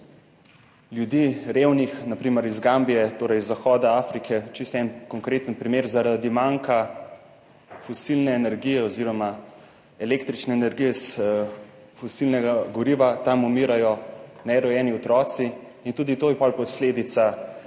ljudi, revnih, na primer iz Gambije, torej zahoda Afrike, čisto en konkreten primer. Zaradi manka fosilne energije oziroma električne energije iz fosilnega goriva tam umirajo nerojeni otroci in tudi to je potem